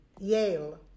Yale